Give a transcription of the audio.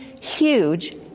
huge